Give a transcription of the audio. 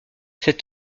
cet